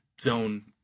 zone